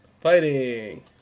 Fighting